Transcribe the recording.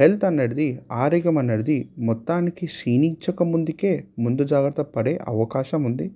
health అనేటిది ఆరోగ్యం అనేటిది మొత్తానికి క్షీణించక ముందుకే ముందు జాగ్రత్త పడే అవకాశం ఉంది